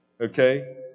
Okay